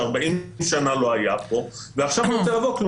ש-40 שנה לא היה פה ועכשיו רוצה לבוא.